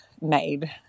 made